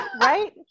Right